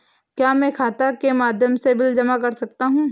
क्या मैं खाता के माध्यम से बिल जमा कर सकता हूँ?